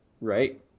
right